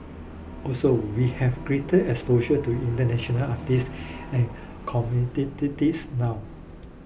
also we have greater exposure to international artist and now